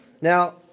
Now